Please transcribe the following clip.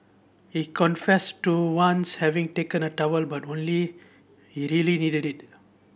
he confessed to once having taken a towel but only he really needed it